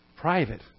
private